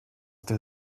der